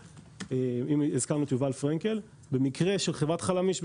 הזכרנו את יובל פרנקל אז אני אגיד שבמקרה של חברת חלמיש,